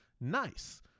Nice